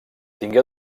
tingué